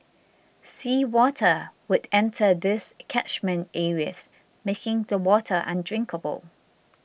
sea water would enter these catchment areas making the water undrinkable